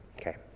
Okay